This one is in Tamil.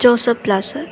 ஜோசப்பிளாஸர்